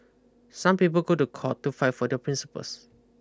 some people go to court to fight for their principles